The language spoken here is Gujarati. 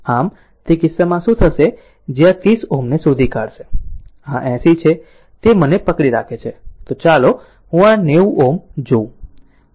આમ તે કિસ્સામાં શું થશે જે આ 30 Ω ને શોધી કાઢશે અને આ 80 છે તે મને પકડી રાખે છે ચાલો હું આ 90 Ω જોઉં